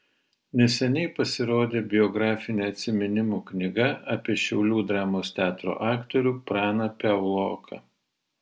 neseniai pasirodė biografinė atsiminimų knyga apie šiaulių dramos teatro aktorių praną piauloką